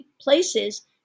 places